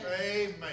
Amen